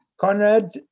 Conrad